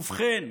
ובכן,